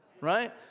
right